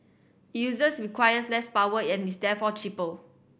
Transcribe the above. users requires less power and is therefore cheaper